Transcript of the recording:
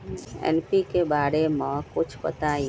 NPK बारे म कुछ बताई?